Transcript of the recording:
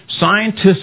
scientists